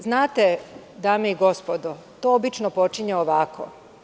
Znate, dame i gospodo, to obično počinje ovako.